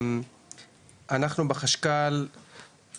אנחנו בחשכ"ל,